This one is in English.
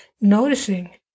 noticing